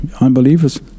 unbelievers